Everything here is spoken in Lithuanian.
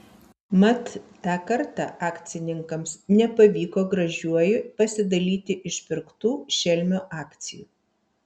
mat tą kartą akcininkams nepavyko gražiuoju pasidalyti išpirktų šelmio akcijų